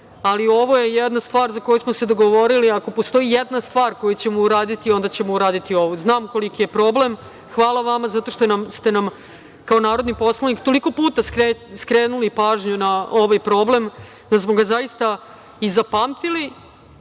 ali ovo je jedna stvar za koju smo se dogovorili. Ako postoji jedna stvar koju ćemo uraditi, onda ćemo uradi ovu. Znam koliki je problem. Hvala vama zato što ste nam kao narodni poslanik skrenuli pažnju na ovaj problem da smo ga zaista i zapamtili